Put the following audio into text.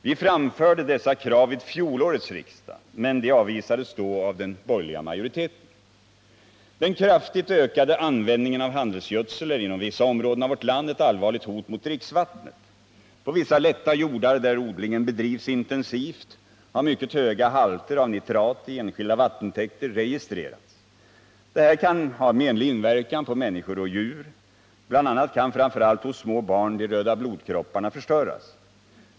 Vi framförde dessa krav vid fjolårets riksdag, men de avvisades då av den borgerliga majoriteten. Den kraftigt ökade användningen av handelsgödsel är inom vissa områden av vårt land ett allvarligt hot mot dricksvattnet. På vissa lätta jordar, där odlingen bedrivs intensivt, har mycket höga halter av nitrat i enskilda vattentäkter registrerats. Detta kan ha menlig inverkan på människor och djur. Bl. a. kan framför allt hos små barn de röda blodkropparna förstöras.